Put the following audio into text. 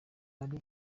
ari